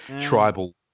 tribal